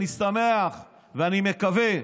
אני שמח ואני מקווה,